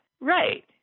Right